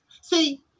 See